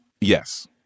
Yes